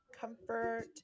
comfort